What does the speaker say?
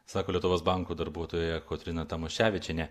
sako lietuvos banko darbuotoja kotryna tamoševičienė